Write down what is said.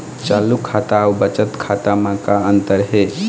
चालू खाता अउ बचत खाता म का अंतर हे?